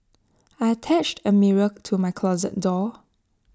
I attached A mirror to my closet door